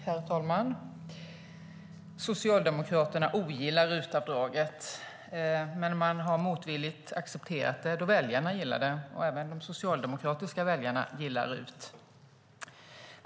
Herr talman! Socialdemokraterna ogillar RUT-avdraget, men de har motvilligt accepterat det då väljarna gillar det. Även de socialdemokratiska väljarna gillar RUT.